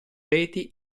reti